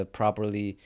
properly